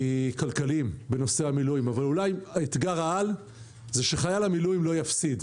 כלכליים בנושא המילואים אבל אולי אתגר העל הוא שחייל המילואים לא יפסיד.